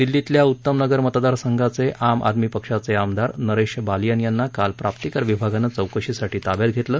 दिल्लीतल्या उत्तमनगर मतदारसंघाचे आम आदमी पक्षाचे आमदार नरेश बालियन यांना काल प्राप्तिकर विभागानं चौकशीसाठी ताब्यात घेतलं